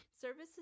services